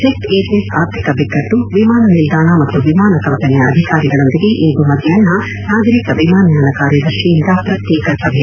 jet Airways ಆರ್ಥಿಕ ಬಿಕ್ಕಟ್ಟು ವಿಮಾನ ನಿಲ್ದಾಣ ಮತ್ತು ವಿಮಾನ ಕಂಪನಿಯ ಅಧಿಕಾರಿಗಳೊಂದಿಗೆ ಇಂದು ಮಧ್ಯಾಹ್ನ ನಾಗರಿಕ ವಿಮಾನಯಾನ ಕಾರ್ಯದರ್ಶಿಯಿಂದ ಪ್ರತ್ಯೇಕ ಸಭೆ